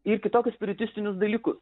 ir kitokius spiritistinius dalykus